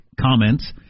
comments